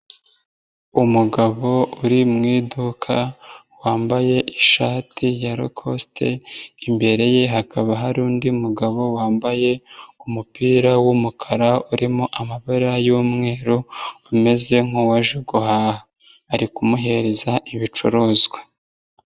Umugabo uri mu iduka wambaye ishati ya rokosite, imbere ye hakaba hari undi mugabo wambaye umupira w'umukara urimo amabara y'umweru umeze nk'uwaje guhaha, ari kumuhereza ibicuruzwa.